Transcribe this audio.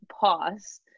pause